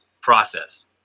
process